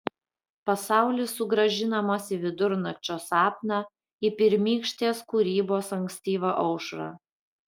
pasaulis sugrąžinamas į vidurnakčio sapną į pirmykštės kūrybos ankstyvą aušrą